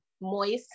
moist